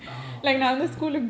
oh my god